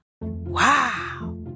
Wow